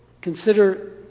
consider